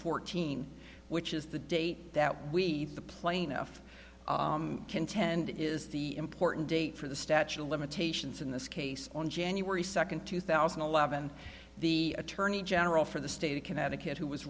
fourteen which is the date that we the plaintiff contend is the important date for the statute of limitations in this case on january second two thousand and eleven the attorney general for the state of connecticut who was